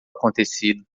acontecido